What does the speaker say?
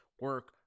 Work